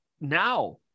now